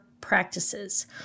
practices